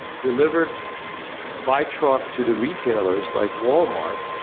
delivered by truck to the retailers like walmart.